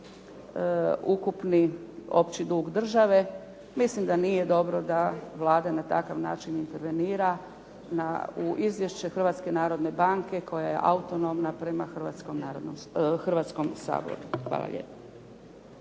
ukupni opći dug države. Mislim da nije dobro da Vlada na takav način intervenira u izvješće Hrvatske narodne banke koja je autonomna prema Hrvatskom saboru. Hvala lijepo.